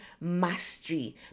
mastery